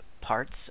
parts